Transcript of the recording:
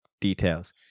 details